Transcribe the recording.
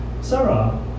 Sarah